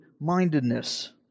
mindedness